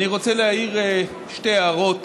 אני רוצה להעיר שתי הערות